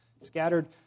scattered